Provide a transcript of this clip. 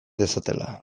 dezatela